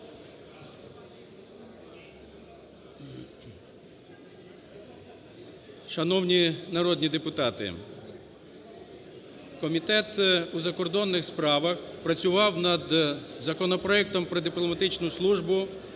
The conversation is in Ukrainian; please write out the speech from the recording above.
Шановні народні депутати, Комітету у закордонних справах працював над законопроектом про дипломатичну службу